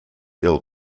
ill